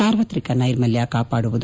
ಸಾರ್ವತ್ರಿಕ ನೈರ್ಮಲ್ಯ ಕಾಪಾಡುವುದು